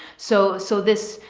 so, so this,